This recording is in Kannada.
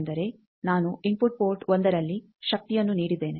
ಎಂದರೆ ನಾನು ಇನ್ಫುಟ್ ಪೋರ್ಟ್ 1ರಲ್ಲಿ ಶಕ್ತಿಯನ್ನು ನೀಡಿದ್ದೇನೆ